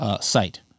site